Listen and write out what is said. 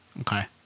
Okay